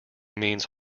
means